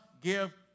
give